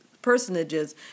personages